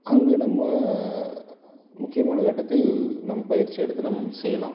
அங்கு நம்ம முக்கியமான கட்டத்தில் நாம் பயிற்சி எடுத்து நாம் செய்யலாம்